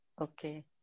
Okay